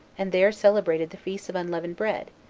and there celebrated the feast of unleavened bread,